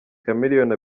chameleone